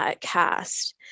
cast